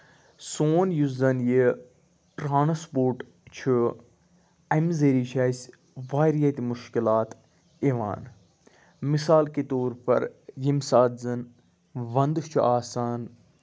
سون یُس زَن یہِ ٹرانَسپوٹ چھُ اَمہِ ذٔریعہِ چھُ اَسہِ واریاہ تہِ مُشکِلات یِوان مِثال کے طور پَر ییٚمہِ ساتہٕ زَن وَندٕ چھُ آسان